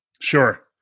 Sure